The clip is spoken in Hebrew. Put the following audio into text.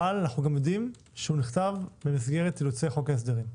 אבל אנחנו גם יודעים שהוא נכתב במסגרת אילוצי חוק ההסדרים.